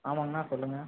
ஆமாங்கண்ணா சொல்லுங்கள்